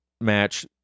match